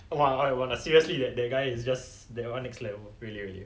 !wah! !oi! wanna seriously that that guy is just that one next level really really